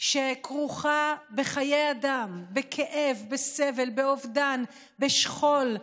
שכרוכה בחיי אדם, בכאב, בסבל, באובדן, בשכול,